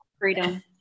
freedom